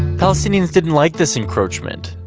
palestinians didn't like this encroachment.